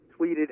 tweeted